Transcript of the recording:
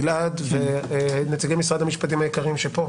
גלעד ונציגי משרד המשפטים היקרים שפה.